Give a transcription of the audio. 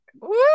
Woo